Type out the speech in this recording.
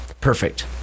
Perfect